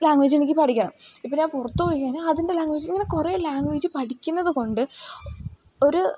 language എനിക്ക് പഠിക്കാൻ ഇപ്പോൾ ഞാൻ പുറത്തുപോയി കയിഞ്ഞാൽ അതിൻ്റെ ലാംഗ്വേജ് ഇങ്ങനെ കുറേ ലാംഗ്വേജ് പഠിക്കുന്നതുകൊണ്ട് ഒരു